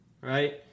right